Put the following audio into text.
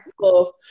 love